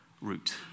route